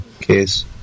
case